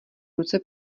ruce